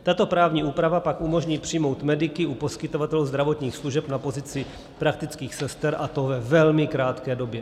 Tato právní úprava pak umožní přijmout mediky u poskytovatelů zdravotních služeb na pozici praktických sester, a to ve velmi krátké době.